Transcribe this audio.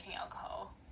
alcohol